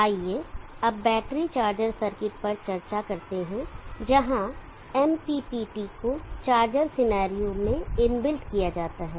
आइए अब battery charger circuit पर चर्चा करते हैं जहां MPPT को चार्जर सिनेरियो में इनबिल्ट किया जाता है